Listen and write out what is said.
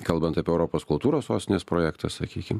kalbant apie europos kultūros sostinės projektą sakykim